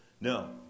no